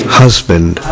husband